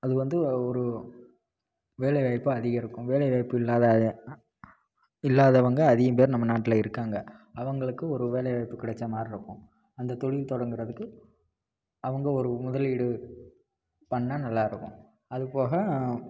அது வந்து ஒரு வேலைவாய்ப்பை அதிகரிக்கும் வேலைவாய்ப்பு இல்லாத இல்லாதவங்க அதிகம் பேர் நம்ம நாட்டில் இருக்காங்க அவர்களுக்கு ஒரு வேலைவாய்ப்பு கிடைத்த மாதிரி இருக்கும் அந்த தொழில் தொடங்குறதுக்கு அவங்க ஒரு முதலீடு பண்ணிணா நல்லா இருக்கும் அதுபோக